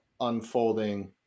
unfolding